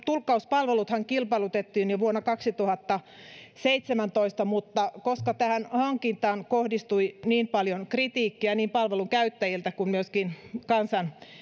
tulkkauspalveluthan kilpailutettiin jo vuonna kaksituhattaseitsemäntoista mutta koska tähän hankintaan kohdistui niin paljon kritiikkiä niin palvelun käyttäjiltä kuin myöskin